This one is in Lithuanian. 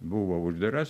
buvo uždaras